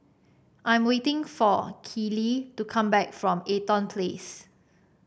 I'm waiting for Kelli to come back from Eaton Place